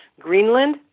Greenland